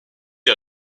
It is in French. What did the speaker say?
est